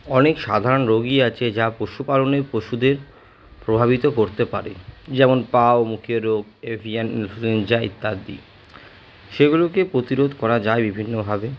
অনেক সাধারণ রোগই আছে যা পশুপালনে পশুদের প্রভাবিত করতে পারে যেমন পাহ মুকেরো এভিয়েন ইনফ্লুয়েঞ্জা ইত্যাদি সেগুলোকে প্রতিরোধ করা যায় বিভিন্নভাবে